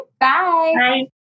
bye